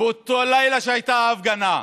באותו הלילה שהייתה ההפגנה.